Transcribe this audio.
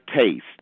taste